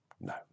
No